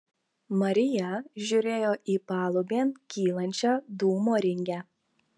marija žiūrėjo į palubėn kylančią dūmo ringę